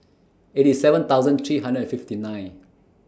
eighty seven thousand three hundred and fifty nine